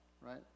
right